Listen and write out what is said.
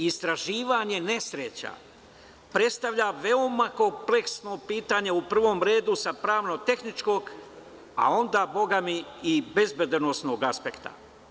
Istraživanje nesreća predstavalja veoma kompleksno pitanje u prvom redu sa pravno tehničkog, a onda i bezbednosnog aspekta.